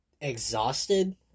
exhausted